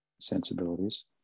sensibilities